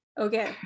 okay